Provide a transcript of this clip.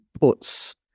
puts